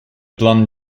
blond